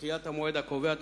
(תיקון) (דחיית המועד הקובע),